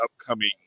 upcoming